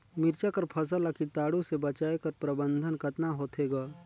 मिरचा कर फसल ला कीटाणु से बचाय कर प्रबंधन कतना होथे ग?